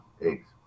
eggs